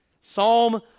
Psalm